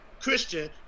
Christian